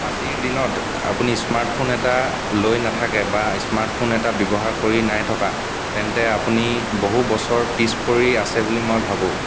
আজিৰ দিনত আপুনি স্মাৰ্টফোন এটা লৈ নাথাকে বা স্মাৰ্টফোন এটা ব্যৱহাৰ কৰি নাই থকা তেন্তে আপুনি বহু বছৰ পিছ পৰি আছে বুলি মই ভাবোঁ